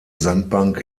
sandbank